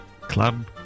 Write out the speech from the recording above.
Club